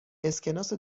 اسکناس